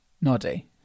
Noddy